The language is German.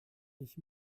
ich